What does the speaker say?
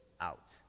out